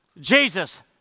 Jesus